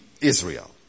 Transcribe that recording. Israel